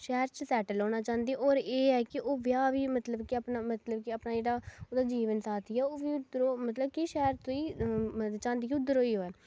शैह्र च सेटल होना चाहंदी ऐ होर एह् ऐ कि ओह् ब्याह् बी मतलब कि अपना मतलब कि अपना जेह्ड़ा जीवन साथी ऐ ओह् बी उद्धरा मतलब कि शैह्र गी मतलब चाहंदी कि उद्धरा ई होई जाये